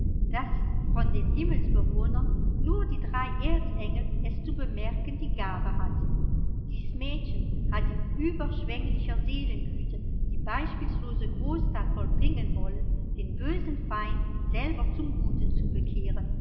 daß von den himmelsbewohnern nur die drei erzengel es zu bemerken die gabe hatten dies mädchen hat in überschwenglicher seelengüte die beispiellose großtat vollbringen wollen den bösen feind selber zum guten zu bekehren